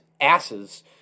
asses